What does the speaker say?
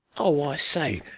oh, i say,